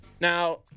Now